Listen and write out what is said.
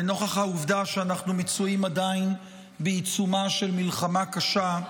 נוכח העובדה שאנחנו מצויים עדיין בעיצומה של מלחמה קשה,